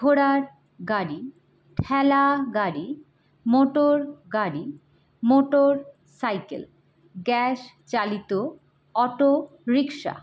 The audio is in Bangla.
ঘোড়ার গাড়ি ঠেলা গাড়ি মোটর গাড়ি মোটর সাইকেল গ্যাস চালিত অটোরিক্শা